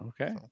Okay